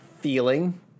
feeling